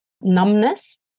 numbness